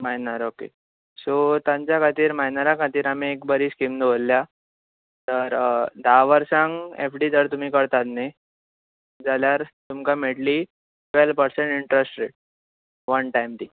minor okay so तांचे खातीर मायनरां खातीर आमी एक बरी स्किम दवरल्या तर धा वर्साक एफडी जर तुमी करतात न्ही जाल्यार तुमका मेळटली twelve percent interest rate one time ती